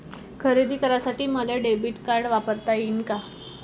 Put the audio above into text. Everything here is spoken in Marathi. खरेदी करासाठी मले डेबिट कार्ड वापरता येईन का?